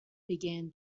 began